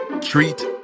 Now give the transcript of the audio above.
Treat